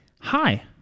Hi